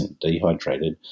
dehydrated